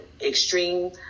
extreme